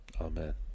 amen